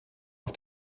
auf